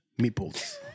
Meatballs